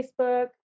Facebook